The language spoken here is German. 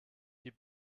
die